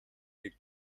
дэг